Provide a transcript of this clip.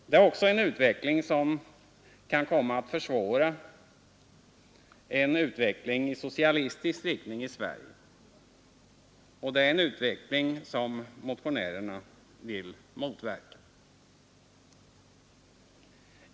Detta är också en utveckling som kan komma att försvåra en utveckling i socialistisk riktning i Sverige och det är något som motionärerna vill motverka.